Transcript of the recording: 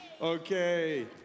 Okay